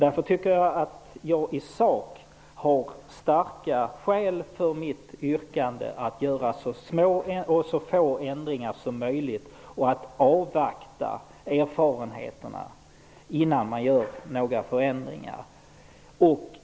Därför tycker jag att jag i sak har starka skäl för mitt yrkande att man skall göra så små och så få ändringar som möjligt och avvakta erfarenheterna innan man gör några förändringar.